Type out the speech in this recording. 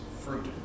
fruit